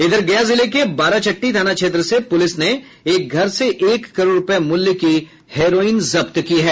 उधर गया जिले के बाराचट्टी थाना क्षेत्र से पुलिस ने एक घर से एक करोड़ रूपये मूल्य की हेरोईन जब्त की है